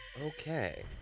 Okay